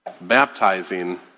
baptizing